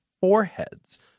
foreheads